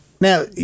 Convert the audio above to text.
Now